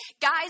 guys